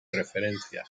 referencia